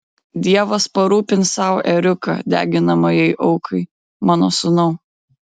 dievas parūpins sau ėriuką deginamajai aukai mano sūnau